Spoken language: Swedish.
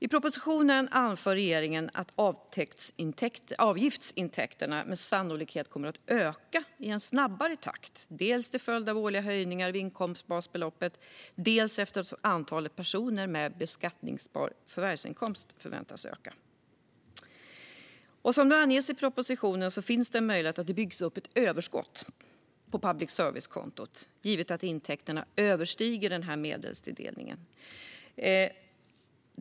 I propositionen anför regeringen att avgiftsintäkterna sannolikt kommer att öka i en snabbare takt, dels till följd av årliga höjningar av inkomstbasbeloppet, dels eftersom antalet personer med beskattningsbar förvärvsinkomst förväntas öka. Som det anges i propositionen finns det en möjlighet att det byggs upp ett överskott på public service-kontot, givet att intäkterna överstiger medelstilldelningen.